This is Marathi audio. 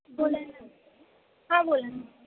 बोला ना हां बोला ना